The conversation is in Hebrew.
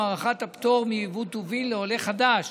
או הארכת הפטור מיבוא טובין לעולה חדש